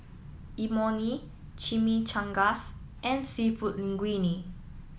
Imoni Chimichangas and Seafood Linguine